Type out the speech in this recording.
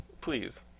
please